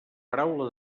paraula